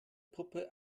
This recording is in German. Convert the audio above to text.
puppe